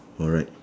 alright